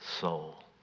soul